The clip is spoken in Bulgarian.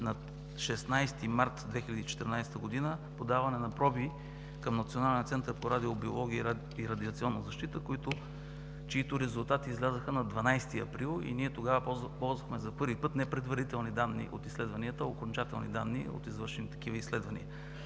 на 16 март 2014 г. подаване на проби към Националния център по радиобиология и радиационна защита, чиито резултати излязоха на 12 април и тогава ползвахме за първи път не предварителни данни от изследванията, а окончателни данни от извършени такива изследвания.